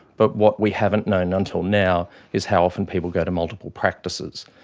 but what we haven't known until now is how often people go to multiple practices,